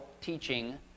teaching